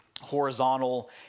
horizontal